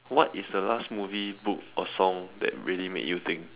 what is the last movie book or song that really made you think